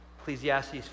Ecclesiastes